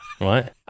right